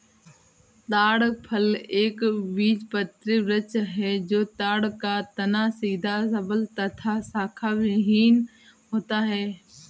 ताड़ फल एक बीजपत्री वृक्ष है और ताड़ का तना सीधा सबल तथा शाखाविहिन होता है